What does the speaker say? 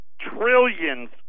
trillions